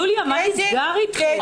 יוליה, מה נסגר אתכם?